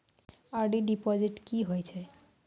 RD deposit की होय छै?